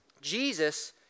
Jesus